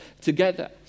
together